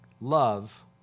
love